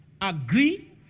agree